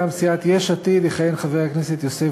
מטעם סיעת יש עתיד יכהן חבר הכנסת יוסף